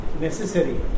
necessary